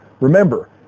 Remember